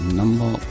number